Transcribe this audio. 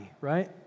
right